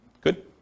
Good